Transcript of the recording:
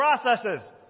processes